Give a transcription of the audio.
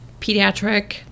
pediatric